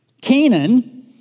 Canaan